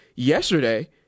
Yesterday